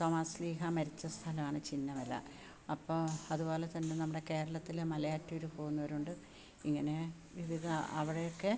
തോമാസ്ലിഹ മരിച്ചസ്ഥലമാണ് ചിന്നമല അപ്പോൾ അതുപോലെതന്നെ നമ്മുടെ കേരളത്തിലെ മലയാറ്റൂർ പോകുന്നവരുണ്ട് ഇങ്ങനെ വിവിധ അവിടെയൊക്കെ